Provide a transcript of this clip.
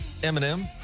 Eminem